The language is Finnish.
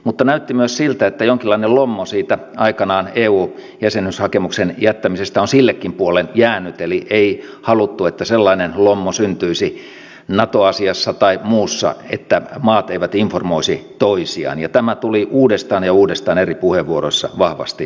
mutta näytti myös siltä että jonkinlainen lommo aikanaan eu jäsenyyshakemuksen jättämisestä on sillekin puolen jäänyt eli ei haluttu että sellainen lommo syntyisi nato asiassa tai muussa että maat eivät informoisi toisiaan ja tämä tuli uudestaan ja uudestaan eri puheenvuoroissa vahvasti esiin